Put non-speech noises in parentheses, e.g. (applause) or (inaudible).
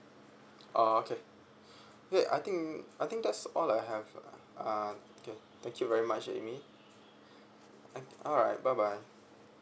oh okay great I think I think that's all I have uh okay thank you very much amy (breath) (noise) alright bye bye